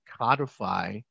codify